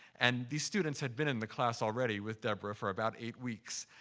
and these students had been in the class already with deborah for about eight weeks.